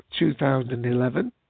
2011